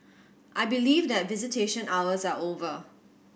I believe that visitation hours are over